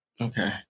Okay